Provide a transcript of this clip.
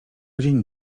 dzień